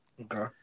Okay